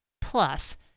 Plus